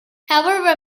however